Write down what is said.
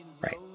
right